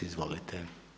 Izvolite.